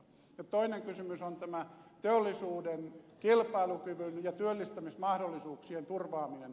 toinen kysymys on tämä teollisuuden kilpailukyvyn ja työllistämismahdollisuuksien turvaaminen